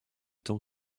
tant